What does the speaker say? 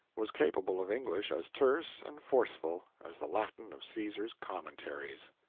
was capable of english as terse and forceful as the latin of caesar's commentaries.